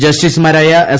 ജസ്റ്റിസുമാരായ എസ്